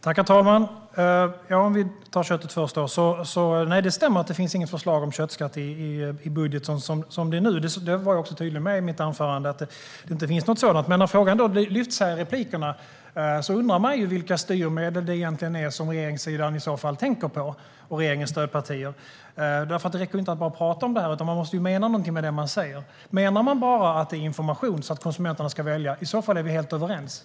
Herr talman! Låt oss ta frågan om köttet först. Det stämmer att det inte finns något förslag om köttskatt i budget som det är nu. Det var jag också tydlig med i mitt anförande: Det finns inte något sådant. Men när frågan ändå lyfts här i replikerna undrar man vilka styrmedel det egentligen är som regeringssidan och regeringens stödpartier i så fall tänker på. Det räcker ju inte med att bara prata om detta, utan man måste mena någonting med det man säger. Menar man bara att det är information så att konsumenterna kan välja? I så fall är vi helt överens.